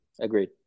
Agreed